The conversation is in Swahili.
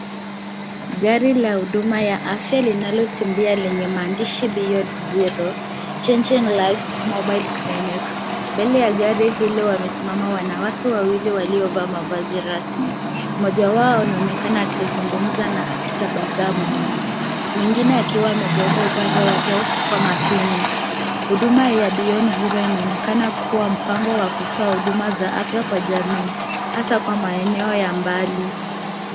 Gari la huduma ya afya linalotembea lenye maandishi Beyond Zero, Changing lives mobile clinic . Mbele ya gari hilo wamesimama wanawake wawili waliovaa mavazi rasmi. Mmoja wao anaonekana akizungumza na akitabasamu, mwingine akiwa amegeuka upande wake kwa makini. Huduma ya Beyond Zero inaonekana kuwa mpango wa kutoa huduma za afya kwa jamii, hasa kwa maeneo ya mbali.